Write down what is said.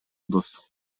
достук